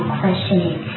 questioning